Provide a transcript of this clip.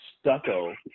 stucco